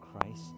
Christ